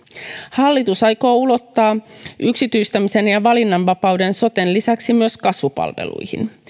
hallitus aikoo ulottaa yksityistämisen ja valinnanvapauden soten lisäksi myös kasvupalveluihin